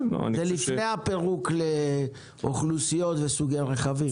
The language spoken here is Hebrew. זה לפני הפירוק לאוכלוסיות וסוגי רכבים.